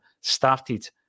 started